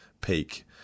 peak